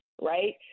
right